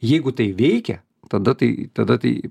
jeigu tai veikia tada tai tada tai